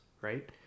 right